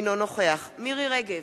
אינו נוכח מירי רגב,